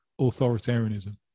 authoritarianism